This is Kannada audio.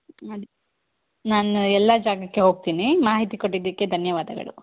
ಮಾಡಿ ನಾನು ಎಲ್ಲ ಜಾಗಕ್ಕೆ ಹೋಗ್ತಿನಿ ಮಾಹಿತಿ ಕೊಟ್ಟಿದಕ್ಕೆ ಧನ್ಯವಾದಗಳು